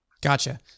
Gotcha